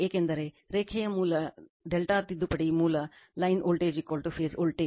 ಏಕೆಂದರೆ ರೇಖೆಯ ಮೂಲ ∆ ತಿದ್ದುಪಡಿ ಮೂಲ ಲೈನ್ ವೋಲ್ಟೇಜ್ ಫೇಸ್ ವೋಲ್ಟೇಜ್